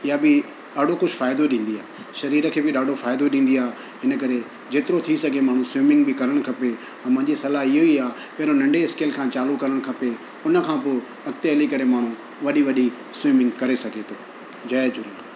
इहा बि ॾाढो कुझु फ़ाइदो ॾींदी आहे शरीर खे बि ॾाढो फ़ाइदो ॾींदी आहे इन करे जेतिरो थी सघे माण्हू खे स्विमिंग बि करणु खपे ऐं मुंहिंजी सलाह इहो ई आहे पहिरियों नंढे स्केल खां चालू करणु खपे उन खां पोइ अॻिते हली करे माण्हू वॾी वॾी स्विमिंग करे सघे थो जय झूलेलाल